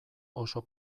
oso